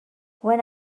when